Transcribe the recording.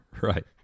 right